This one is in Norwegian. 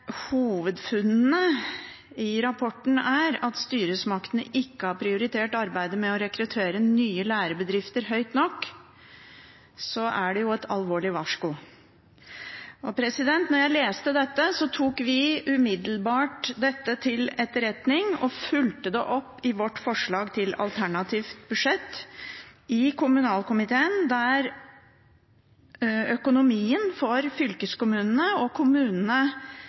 hovedfunnene i rapporten er at styresmaktene ikke har prioritert arbeidet med å rekruttere nye lærebedrifter høyt nok, er det et alvorlig varsko. Da jeg leste dette, tok vi det umiddelbart til etterretning og fulgte det opp i vårt forslag til alternativt budsjett og i kommunalkomiteen, der økonomien for kommunene og